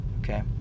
Okay